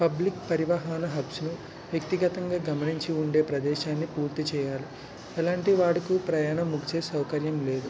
public పరివాహల hubs ను వ్యక్తిగతంగా గమనించి ఉండే ప్రదేశాన్ని పూర్తి చేయాలి అలాంటి వాడుకూ ప్రయాణం బుక్ చేసే సౌకర్యం లేదు